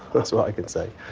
that's what i can say.